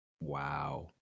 Wow